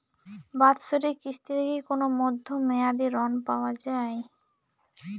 বাৎসরিক কিস্তিতে কি কোন মধ্যমেয়াদি ঋণ পাওয়া যায়?